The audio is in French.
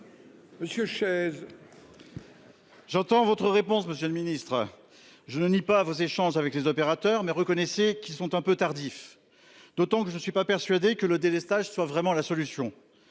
Monsieur chaises.-- J'entends votre réponse Monsieur le Ministre, je ne nie pas vos échanges avec les opérateurs. Mais reconnaissez qu'ils sont un peu tardif. D'autant que je ne suis pas persuadé que le délestage soit vraiment la solution.